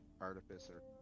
Artificer